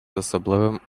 особливим